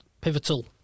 Pivotal